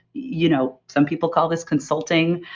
you know some people call this consulting,